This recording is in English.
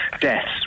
Deaths